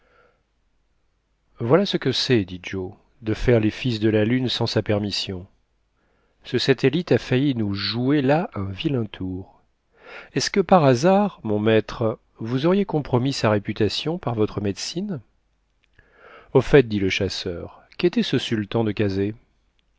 voilà ce que c'est dit joe de faire les fils de la lune sans sa permission ce satellite a failli nous jouer là un vilain tour est-ce que par hasard mon maître vous auriez compromis sa réputation par votre médecine au fait dit le chasseur quétait ce sultan de